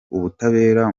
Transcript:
ubutabera